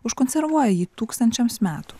užkonservuoja jį tūkstančiams metų